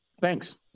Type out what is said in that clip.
Thanks